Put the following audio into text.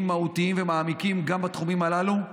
מהותיים ומעמיקים גם בתחומים הללו,